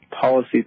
policy